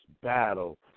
battle